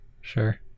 Sure